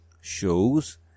shows